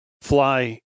fly